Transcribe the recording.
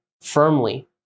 firmly